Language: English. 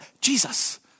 Jesus